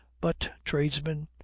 but tradesmen,